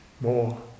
More